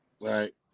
right